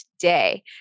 today